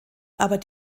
aber